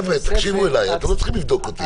תקשיבו לי, את תבדקו אותי.